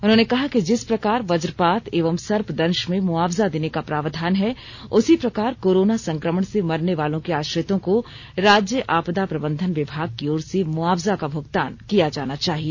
उन्होंने कहा कि जिस प्रकार व्रजपात एवं सर्पदंश में मुआवजा देने का प्रावधान है उसी प्रकार कोरोना संक्रमण से मरनेवालों के आश्रितों को राज्य आपदा प्रबंधन विभाग की ओर से मुआवजा का भुगतान किया जाना चाहिए